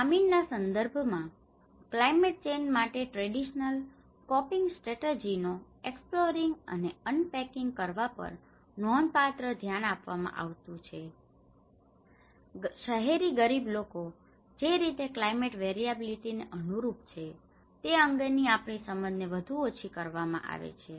ગ્રામીણ ના સંદર્ભમાં ક્લાયમેટ ચેન્જ માટે ટ્રેડિશનલ કોપિંગ સ્ટ્રેટર્જીઓ એક્સપ્લોરિંગ અને અનપેકિંગ કરવા પર નોંધપાત્ર ધ્યાન આપવામાં આવ્યું છે શહેરી ગરીબ લોકો જે રીતે ક્લાયમેટ વેરિયાબીલિટી ને અનુરૂપ છે તે અંગેની આપણી સમજને વધુ ઓછી કરવામાં આવી છે